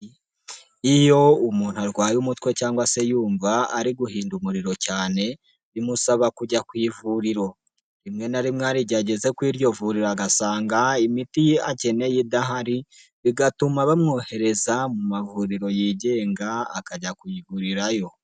Iyo umuntu arwaye umutwe cyangwa se yumva ari guhinda umuriro cyane bimusaba kujya ku ivuriro, rimwe na rimwe hari igihe ageze kuri iryo vurira agasanga imiti akeneye idahari bigatuma bamwohereza mu mavuriro yigenga akajya kuyigurirayo.